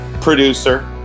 producer